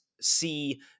see